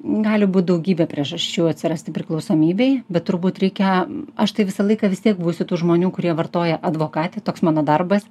gali būt daugybė priežasčių atsirasti priklausomybei bet turbūt reikia aš tai visą laiką vis tiek būsiu tų žmonių kurie vartoja advokatė toks mano darbas